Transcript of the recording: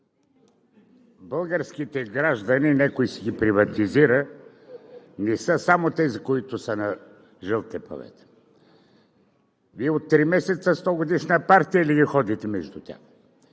Българските граждани – някой си ги приватизира, не са само тези на жълтите павета! Вие от три месеца – стогодишна партия ли ходите между тях?